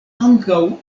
ankaŭ